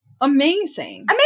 Amazing